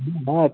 बात